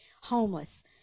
homeless